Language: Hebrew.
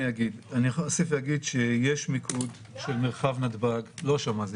אני אוסיף ואגיד שיש מיקוד של מרחב נתב"ג לא שמ"זים,